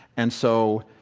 and so,